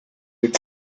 eat